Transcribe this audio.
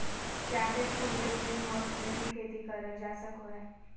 जादे फूल ले ग्रीनहाऊस मे भी खेती करल जा सको हय